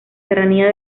serranía